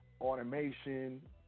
automation